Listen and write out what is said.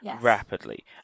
rapidly